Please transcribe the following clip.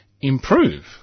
improve